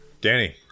Danny